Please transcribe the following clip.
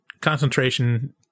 concentration